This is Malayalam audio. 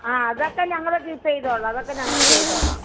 ആ അതൊക്കെ ഞങ്ങൾ ചൂസ് ചെയ്തോളാം അതൊക്കെ ഞങ്ങൾ ചെയ്തോളാം